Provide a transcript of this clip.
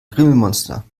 krümelmonster